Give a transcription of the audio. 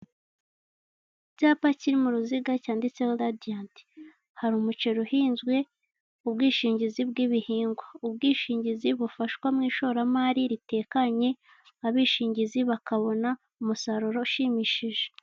Icyapa kiri mu ruziga cyanditseho radiyanti hari umuceri uhinzwe ubwishingizi bw'ibihingwa, ubwishingizi bufashwa mu ishoramari ritekanye, abishingizi bakabona umusaruro ushimishije.